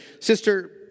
Sister